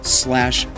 slash